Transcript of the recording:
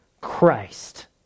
Christ